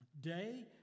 day